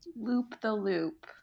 Loop-the-loop